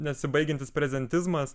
nesibaigiantis prezentizmas